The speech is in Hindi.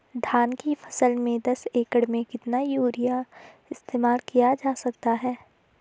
धान की फसल में दस एकड़ में कितना यूरिया इस्तेमाल किया जा सकता है?